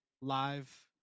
live